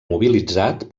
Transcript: mobilitzat